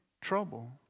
trouble